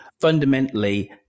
fundamentally